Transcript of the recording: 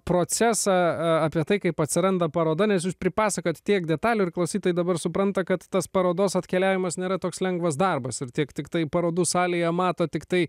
procesą a apie tai kaip atsiranda paroda nes jūs pripasakojot tiek detalių ir klausytojai dabar supranta kad tas parodos atkeliavimas nėra toks lengvas darbas ir tiek tiktai parodų salėje mato tiktai